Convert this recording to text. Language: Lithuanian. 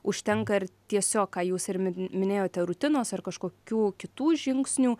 užtenka ir tiesiog ką jūs ir minėjote rutinos ar kažkokių kitų žingsnių